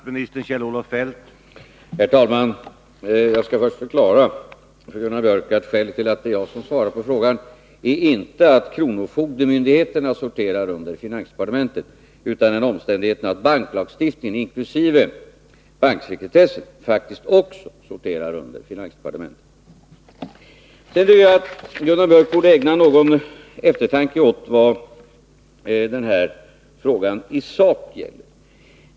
Herr talman! Jag skall först förklara för Gunnar Biörck i Värmdö att skälet till att det är jag som svarar på frågan inte är att kronofogdemyndigheterna sorterar under finansdepartementet, utan den omständigheten att banklagstiftningen, inkl. banksekretessen, faktiskt också sorterar under finansdepartementet. Jag tycker att Gunnar Biörck borde ägna någon eftertanke åt vad denna fråga i sak gäller.